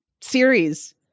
series